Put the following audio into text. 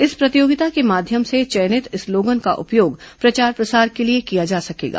इस प्रतियोगिता के माध्यम से चयनित स्लोगन का उपयोग प्रचार प्रसार के लिए किया जा सकेगा